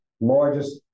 largest